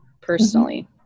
personally